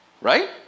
right